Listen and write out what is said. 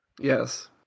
Yes